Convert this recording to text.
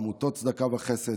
עמותות צדקה וחסד,